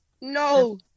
No